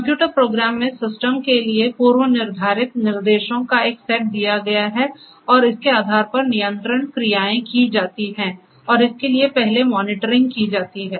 computer program में system के लिए पूर्वनिर्धारित निर्देशों का एक सेट दिया गया है और इसके आधार पर नियंत्रण क्रियाएं की जाती हैं और इसके लिए पहले मॉनिटरिंग की जाती है